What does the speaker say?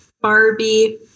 Barbie